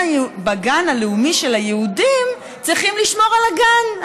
בגן הלאומי של היהודים צריכים לשמור על הגן,